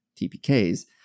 TPKs